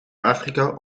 afrika